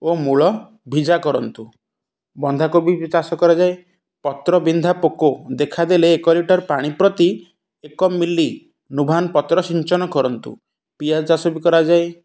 ଓ ମୂଳ ଭିଜା କରନ୍ତୁ ବନ୍ଧାକୋବି ବି ଚାଷ କରାଯାଏ ପତ୍ର ବିନ୍ଧା ପୋକ ଦେଖାଦେଲେ ଏକ ଲିଟର୍ ପାଣି ପ୍ରତି ଏକ ମିଲି ନୁଭାନ୍ ପତ୍ର ସିଞ୍ଚନ କରନ୍ତୁ ପିଆଜ ଚାଷ ବି କରାଯାଏ